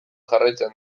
jarraitzen